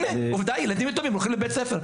הנה, עובדה, ילדים יתומים הולכים לבית ספר.